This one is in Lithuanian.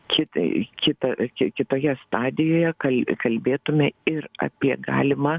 kitą į kitą ki kitoje stadijoje kal kalbėtume ir apie galimą